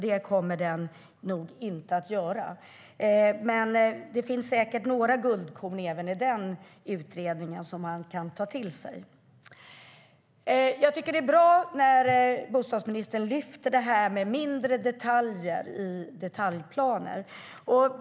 Det kommer den nog inte att göra, men det finns säkert några guldkorn som man kan ta till sig även i den utredningen. Jag tycker det är bra när bostadsministern lyfter fram mindre detaljer i detaljplaner.